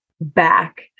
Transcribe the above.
back